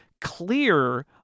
clear